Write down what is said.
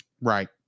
right